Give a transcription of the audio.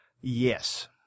Yes